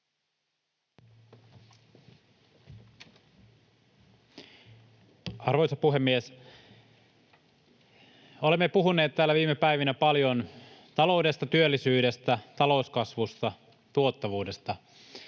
Arvoisa puhemies! Olemme puhuneet täällä viime päivinä paljon taloudesta, työllisyydestä, talouskasvusta, tuottavuudesta.